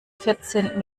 vierzehn